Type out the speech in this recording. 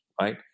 right